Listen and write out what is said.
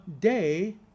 day